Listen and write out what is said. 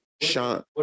Sean